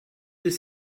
this